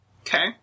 Okay